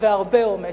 והרבה אומץ.